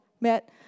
met